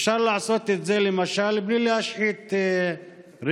אפשר לעשות את זה למשל בלי להשחית רכוש,